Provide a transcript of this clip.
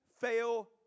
fail